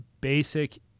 basic